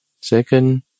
Second